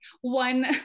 one